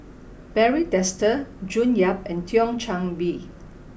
Barry Desker June Yap and Thio Chan Bee